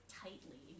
tightly